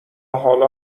حالا